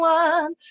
one